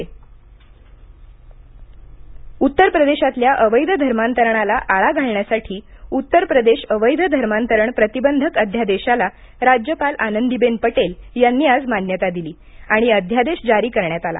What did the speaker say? धर्मांतरण उत्तर प्रदेशातल्या अवैध धर्मांतरणाला आळा घालण्यासाठी उत्तरप्रदेश अवैध धर्मांतरण प्रतिबंधक अध्यादेशाला राज्यपाल आनंदीबेन पटेल यांनी आज मान्यता दिली आणि अध्यादेश जारी करण्यात आला